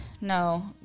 no